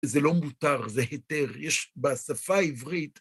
זה לא מותר, זה היתר. יש בשפה העברית...